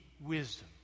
wisdom